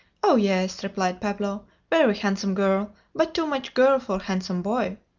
oh yes, replied pablo, very handsome girl but too much girl for handsome boy.